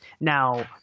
Now